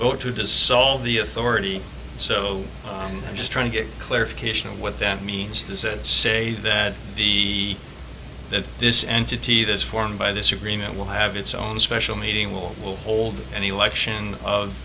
vote to dissolve the authority so i'm just trying to get clarification on what that means does it say that the that this entity this form by this agreement will have its own special meeting will will hold any lection of